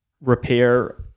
repair